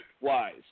wise